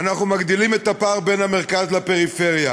אנחנו מגדילים את הפער בין המרכז לפריפריה,